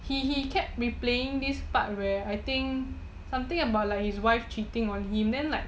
he he kept replaying this part where I think something about his wife cheating on him then like